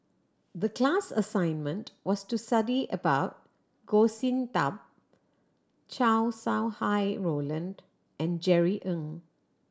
the class assignment was to study about Goh Sin Tub Chow Sau Hai Roland and Jerry Ng